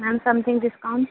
ma'am something discount